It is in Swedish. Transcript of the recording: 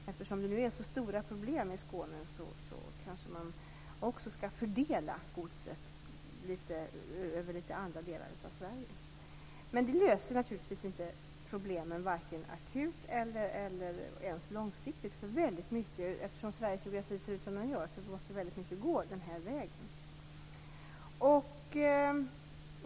Eftersom det nu är så stora problem i Skåne kanske man också skall fördela godset över litet andra delar av Sverige. Men det löser naturligtvis inte problemen, vare sig akut eller ens långsiktigt. Eftersom Sveriges geografi ser ut som den gör måste väldigt många transporter gå den här vägen.